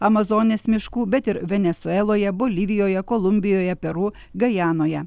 amazonės miškų bet ir venesueloje bolivijoje kolumbijoje peru gajanoje